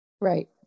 Right